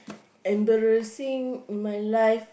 embarrassing in my life